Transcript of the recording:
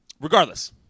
regardless